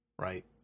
Right